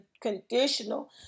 conditional